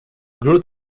grew